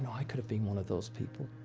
i could have been one of those people.